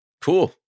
cool